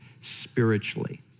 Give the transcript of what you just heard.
spiritually